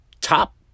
top